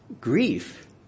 grief